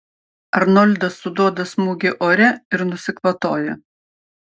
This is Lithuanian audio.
arnoldas suduoda smūgį ore ir nusikvatoja